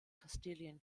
castilian